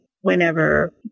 whenever